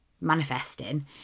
manifesting